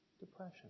Depression